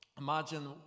Imagine